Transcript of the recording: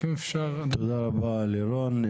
תודה רבה לירון.